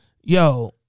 yo